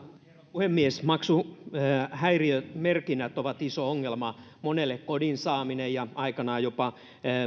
puhemies maksuhäiriömerkinnät ovat iso ongelma monelle kodin saaminen ja aikanaan jopa